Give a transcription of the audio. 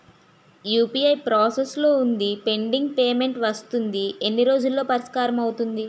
UPI process లో వుందిపెండింగ్ payment వస్తుంది ఎన్ని రోజుల్లో పరిష్కారం అవుతుంది